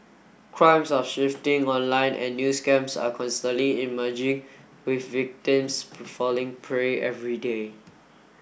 crimes are shifting online and new scams are constantly emerging with victims falling prey every day